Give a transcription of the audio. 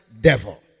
devil